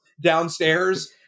downstairs